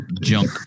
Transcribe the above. Junk